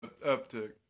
uptick